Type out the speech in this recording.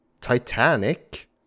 Titanic